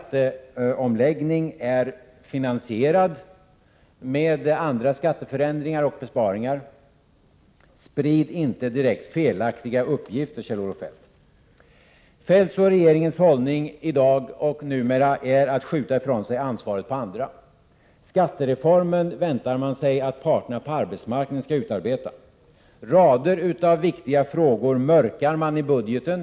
Vårt förslag till skatteomläggning finansieras genom andra skatteförändringar och besparingar. Sprid inte direkt felaktiga uppgifter, Kjell-Olof Feldt. Kjell-Olof Feldts och regeringens hållning numera är att skjuta från sig ansvaret till andra. Regeringen väntar sig att parterna på arbetsmarknaden skall utarbeta skattereformen. Rader av viktiga frågor mörklägger regeringen i budgeten.